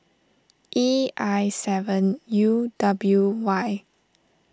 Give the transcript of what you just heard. E I seven U W Y